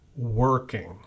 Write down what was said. Working